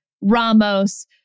Ramos